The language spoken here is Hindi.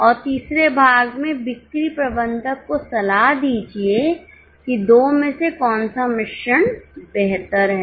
और तीसरे भाग में बिक्री प्रबंधक को सलाह दीजिए कि 2 में से कौन सा मिश्रण बेहतर है